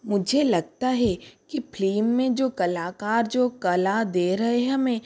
मुझे लगता है कि फ्लिम में जो कलाकार जो कला दे रहें हमें